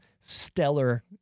stellar